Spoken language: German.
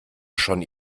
schon